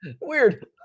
Weird